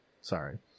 sorry